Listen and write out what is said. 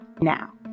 now